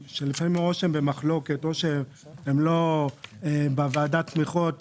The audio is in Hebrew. הוא לא ניגש למכרז של שנה אחת.